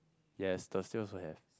yes Thursday also have